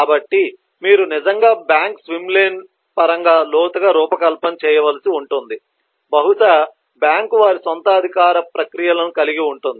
కాబట్టి మీరు నిజంగా బ్యాంక్ స్విమ్ లేన్ పరంగా లోతుగా రూపకల్పన చేయవలసి ఉంటుంది బహుశా బ్యాంకు వారి స్వంత అధికార ప్రక్రియలను కలిగి ఉంటుంది